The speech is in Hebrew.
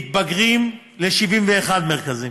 מתבגרים, וזה עלה ל-71 מרכזים,